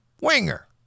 Winger